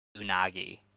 Unagi